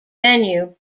venue